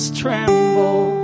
tremble